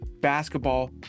Basketball